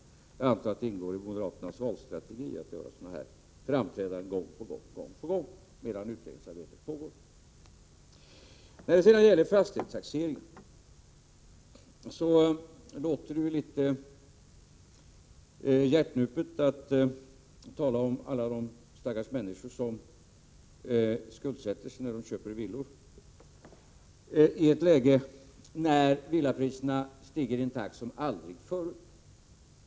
Jag antar att det ingår i moderaternas valstrategi att göra sådana här framträdanden gång på gång medan utredningsarbetet pågår. När det sedan gäller fastighetstaxeringen är det ju litet hjärtnupet att tala om alla de stackars människor som skuldsätter sig när de köper villor i ett läge då villapriserna stiger i en takt som aldrig förut.